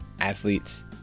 athletes